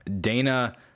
Dana